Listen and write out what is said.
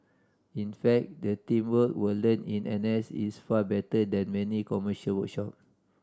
in fact the teamwork we learn in N S is far better than many commercial workshop